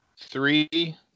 Three